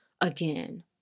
again